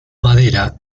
madera